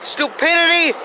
Stupidity